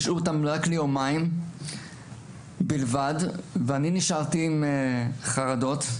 השעו אותם ליומיים בלבד ואני נשארתי עם חרדות,